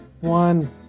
one